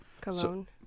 Cologne